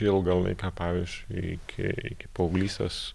ilgą laiką pavyzdžiui iki iki paauglystės